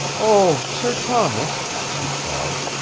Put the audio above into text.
oh, sir thomas! she cried.